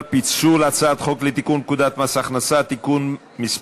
פיצול הצעת חוק לתיקון פקודת מס הכנסה (מס'